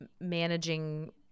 managing